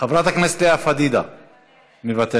חברת הכנסת לאה פדידה, מוותרת,